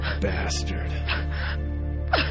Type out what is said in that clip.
bastard